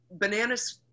bananas